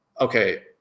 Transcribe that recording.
okay